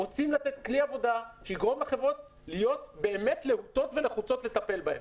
רוצים לתת כלי עבודה שיגרום לחברות להיות באמת להוטות ולחוצות לטפל בהם?